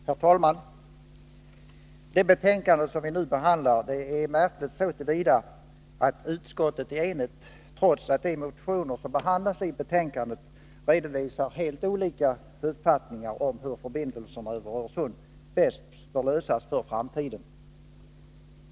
Herr talman! Det betänkande som vi nu behandlar är märkligt så till vida att utskottet är enigt, trots att de motioner som behandlas i betänkandet redovisar helt olika uppfattningar om hur frågan om förbindelserna över Öresund bäst bör lösas för framtiden.